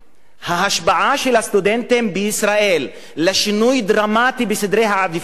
ההשפעה של הסטודנטים בישראל על שינוי דרמטי בסדרי העדיפויות מוגבלת.